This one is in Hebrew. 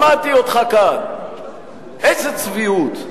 שמעתי אותך כאן, איזה צביעות,